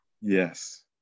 Yes